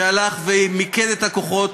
שמיקד את הכוחות,